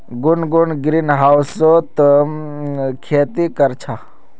गुनगुन ग्रीनहाउसत खेती कर छ